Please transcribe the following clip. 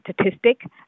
statistic